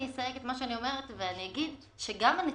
אני אסייג את מה שאני אומרת ואגיד שגם הנתונים